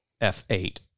F8